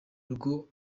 rwo